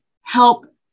help